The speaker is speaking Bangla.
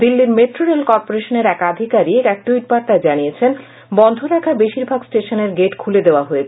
দিল্লির মেট্রো রেল কর্পোরেশনের এক আধিকারিক এক ট্যুইটবার্তায় জানিয়েছেন বন্ধ রাখা বেশিরভাগ স্টেশনের গেট খুলে দেওয়া হয়েছে